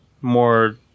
more